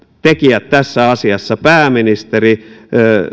tekijät tässä asiassa pääministeri